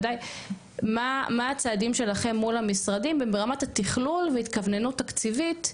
מה הצעדים שלכם מול המשרדים ברמת התכלול והתכווננות תקציבית,